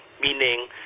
meaning